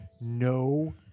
no